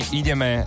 ideme